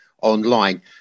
online